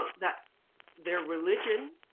that their religion